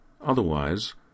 otherwise